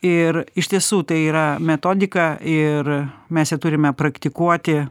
ir iš tiesų tai yra metodika ir mes ją turime praktikuoti